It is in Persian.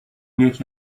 یکی